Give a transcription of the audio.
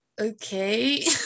okay